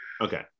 Okay